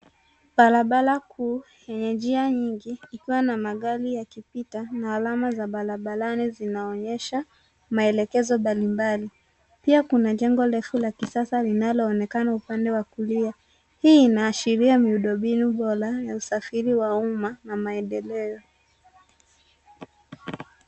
Barabara kuu yenye njia nyingi ikiwa na magari yakipita na alama za barabarani zinaonyesha maelekezo mbalimbali. Pia kuna jengo refu la kisasa linaloonekana upande wa kulia. Hii inaashiria miundombinu bora ya usafiri wa umma na maendeleo.